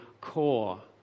core